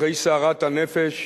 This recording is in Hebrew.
אחרי סערת הנפש,